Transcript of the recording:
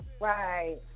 Right